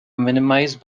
minimized